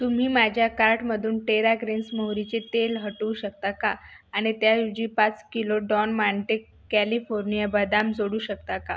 तुम्ही माझ्या कार्टमधून टेरा ग्रीन्स मोहरीचे तेल हटवू शकता का आणि त्याऐवजी पाच किलो डॉन मांटे कॅलिफोर्निया बदाम जोडू शकता का